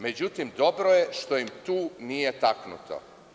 Međutim, dobro je što im tu nije taknuto.